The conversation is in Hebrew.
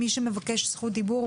מי שמבקש רשות דיבור,